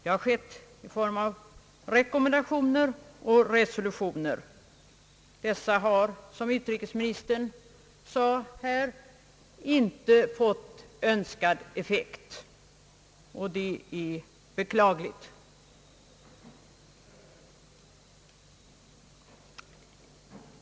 Det har skett i form av rekommendationer och resolutioner. Dessa har, som utrikesministern sade här, inte fått önskad effekt, och det är beklagligt.